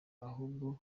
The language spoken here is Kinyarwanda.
ahubwo